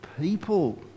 people